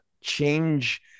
change